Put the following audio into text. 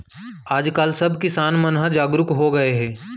आज काल सब किसान मन ह जागरूक हो गए हे